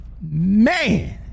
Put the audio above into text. man